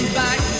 back